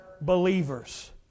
believers